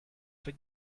for